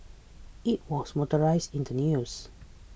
it was mortalised in the news